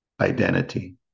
identity